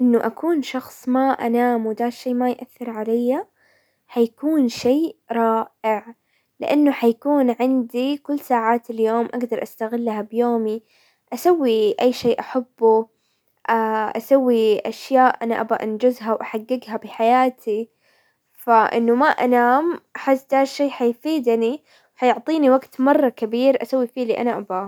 انه اكون شخص ما انام ودا الشي ما يأثر عليا حيكون شيء رائع، لانه حيكون عندي كل ساعات اليوم اقدر استغلها بيومي، اسوي اي شيء احبه، اسوي اشياء انا ابغى انجز واحققها بحياتي، فانه ما انام احس دا الشي حيفيدني، حيعطيني وقت مرة كبير اسوي فيه اللي انا ابغاه.